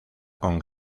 con